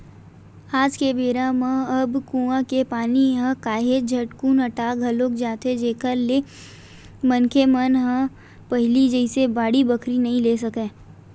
आज के बेरा म अब कुँआ के पानी ह काहेच झटकुन अटा घलोक जाथे जेखर ले मनखे मन ह पहिली जइसे बाड़ी बखरी नइ ले सकय